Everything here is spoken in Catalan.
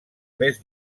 més